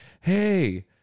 hey